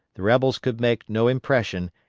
the rebels could make no impression,